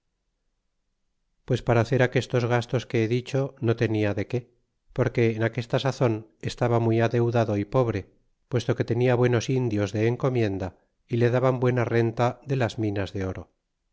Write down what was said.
pues para hacer aquestos gastos que he dicho no tenia de qué porque en aquesta sazon estaba muy adeudado y pobre puesto que tenia buenos indios de encomienda y le daban buena renta de las minas de oro